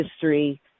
history